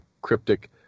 cryptic